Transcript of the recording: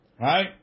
Right